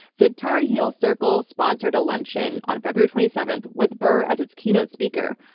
the tar heel circle sponsored a luncheon on february twenty seventh with barr as its keynote speaker.